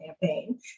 campaign